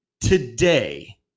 Today